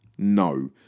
No